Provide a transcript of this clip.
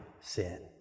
sin